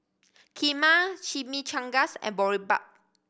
Kheema Chimichangas and Boribap